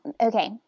Okay